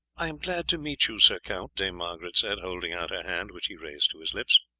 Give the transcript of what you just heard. i am glad to meet you, sir count, dame margaret said, holding out her hand, which he raised to his lips,